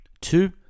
two